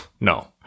no